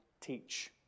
teach